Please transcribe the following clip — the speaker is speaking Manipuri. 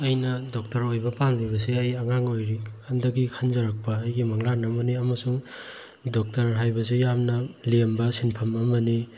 ꯑꯩꯅ ꯗꯣꯛꯇꯔ ꯑꯣꯏꯕ ꯄꯥꯝꯂꯤꯕꯁꯦ ꯑꯩ ꯑꯉꯥꯡ ꯑꯣꯏꯔꯤꯀꯥꯟꯗꯒꯤ ꯈꯟꯖꯔꯛꯄ ꯑꯩꯒꯤ ꯃꯪꯂꯥꯟ ꯑꯃꯅꯤ ꯑꯃꯁꯨꯡ ꯗꯣꯛꯇꯔ ꯍꯥꯏꯕꯁꯤ ꯌꯥꯝꯅ ꯂꯦꯝꯕ ꯁꯤꯟꯐꯝ ꯑꯃꯅꯤ